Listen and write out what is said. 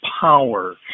power